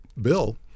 Bill